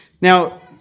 Now